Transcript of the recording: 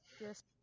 Yes